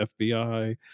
FBI